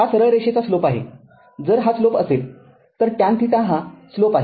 हा सरळ रेषेचा स्लोप आहे जर हा स्लोप असेल तर टॅन थिटा हा स्लोप आहे